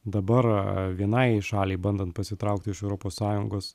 dabar vienai šaliai bandant pasitraukti iš europos sąjungos